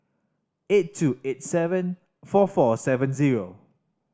eight two eight seven four four seven zero